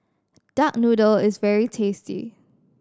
duck noodle is very tasty